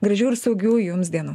gražių ir saugių jums dienų